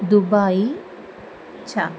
दुबायि च